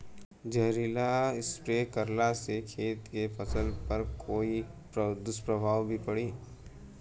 जहरीला स्प्रे करला से खेत के फसल पर कोई दुष्प्रभाव भी पड़ी?